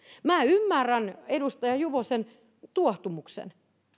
minä ymmärrän edustaja juvosen tuohtumuksen